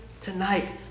tonight